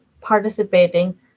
participating